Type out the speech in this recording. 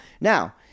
Now